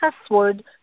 password